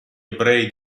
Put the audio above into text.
ebrei